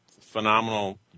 phenomenal